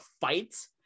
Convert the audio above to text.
fight